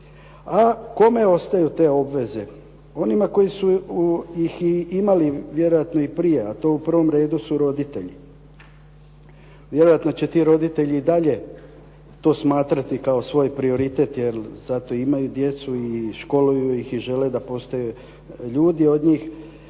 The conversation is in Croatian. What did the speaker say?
a kome ostaju te obveze? Onima koji su ih i imali vjerojatno i prije, a to u prvom redu su roditelji. Vjerojatno će ti roditelji i dalje to smatrati kao svoj prioritet jer zato i imaju djecu i školuju ih i žele da postanu ljudi od njih.